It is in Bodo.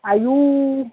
आयु